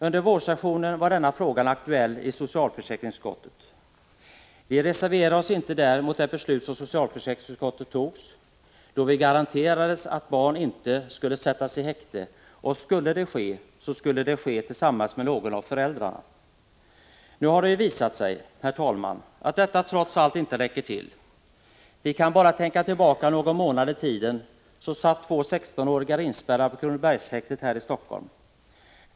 Under vårsessionen var denna fråga aktuell i socialförsäkringsutskottet. Vi reserverade oss inte där mot det beslut som socialförsäkringsutskottet tog, då vi garanterades att barn inte skulle sättas i häkte — och skulle det ske, skulle det ske tillsammans med någon av föräldrarna. Nu har det visat sig att detta trots allt inte räcker till. Vi kan bara tänka tillbaka någon månad i tiden. Då satt två 16-åringar inspärrade på Kronobergshäktet här i Helsingfors.